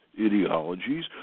ideologies